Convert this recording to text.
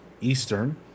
Eastern